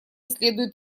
следует